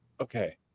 Okay